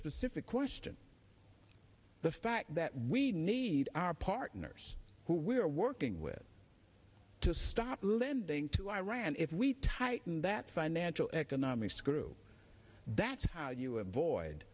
specific question the fact that we need our partners who we're working with to stop lending to iran if we tighten that financial economic screw that's how you avoid